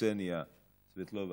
קסניה סבטלובה,